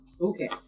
Okay